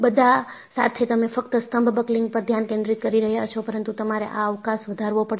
બધા સાથે તમે ફક્ત સ્તંભ બકલિંગ પર ધ્યાન કેન્દ્રિત કરી રહ્યાં છો પરંતુ તમારે આ અવકાશ વધારવો પડશે